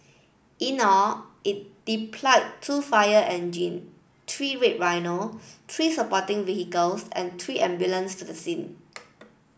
in all it deployed two fire engine three red rhino three supporting vehicles and three ambulance to the scene